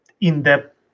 in-depth